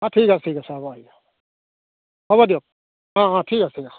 অ ঠিক আছে ঠিক আছে হ'ব আহিব হ'ব দিয়ক অ অ ঠিক আছে ঠিক আছে